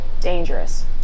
Dangerous